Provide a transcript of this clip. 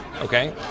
okay